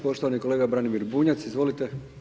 Poštovani kolega Branimir Bunjac, izvolite.